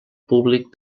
públic